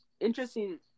Interesting